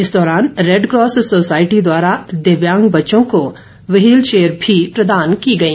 इस दौरान red cross society द्वारा दिव्यांग बच्चों को व्हील चेयर भी प्रदान की गई